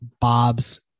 Bob's